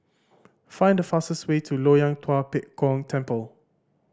find the fastest way to Loyang Tua Pek Kong Temple